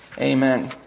amen